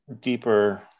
deeper